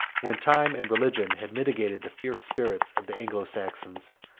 when time and religion had mitigated the fierce spirit of the anglo-saxons,